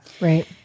Right